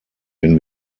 wenn